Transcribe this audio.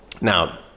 Now